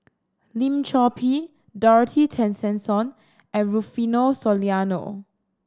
Lim Chor Pee Dorothy Tessensohn and Rufino Soliano